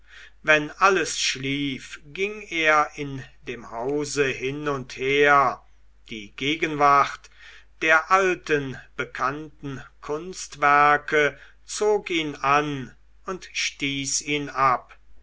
wenn alles schlief ging er in dem hause hin und her die gegenwart der alten bekannten kunstwerke zog ihn an und stieß ihn ab